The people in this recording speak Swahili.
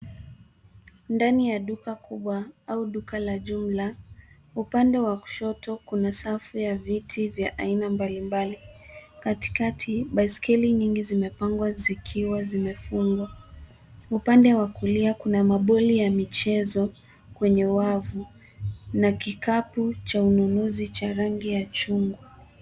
Ndani ya duka kubwa au duka la jumla, upande wa kushoto kuna safu ya viti vya aina mbalimbali. Katikati, baiskeli nyingi zimepangwa zikiwa zimefungwa. Upande wa kulia, kuna maboli ya michezo kwenye wavu na kikapu cha ununuzi cha rangi ya chungwa.